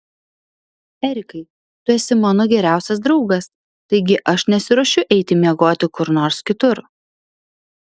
erikai tu esi mano geriausias draugas taigi aš nesiruošiu eiti miegoti kur nors kitur